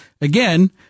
Again